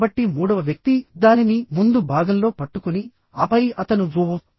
కాబట్టి మూడవ వ్యక్తి దానిని ముందు భాగంలో పట్టుకొని ఆపై అతను ఓహ్